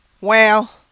Well